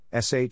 sh